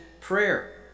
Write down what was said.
prayer